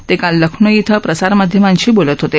ते काल लखनौ इथं प्रसारमाध्यमांशी बोलत होते